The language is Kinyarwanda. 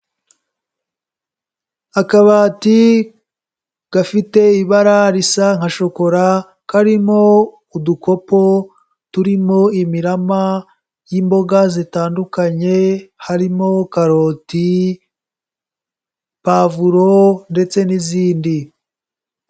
Akabati gafite ibara risa nka shokora karimo udukopo, turimo imirama y'imboga zitandukanye, harimo karoti, pavuro ndetse n'izindi.